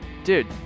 dude